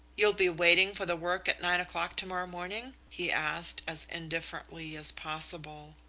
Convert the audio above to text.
you'll be waiting for the work at nine o'clock to-morrow morning? he asked, as indifferently as possible.